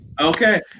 Okay